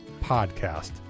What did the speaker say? podcast